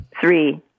Three